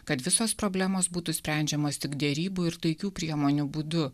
kad visos problemos būtų sprendžiamos tik derybų ir taikių priemonių būdu